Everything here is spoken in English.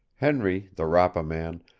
henry, the rapa man,